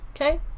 Okay